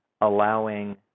allowing